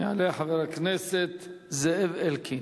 יעלה חבר הכנסת זאב אלקין.